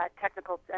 technical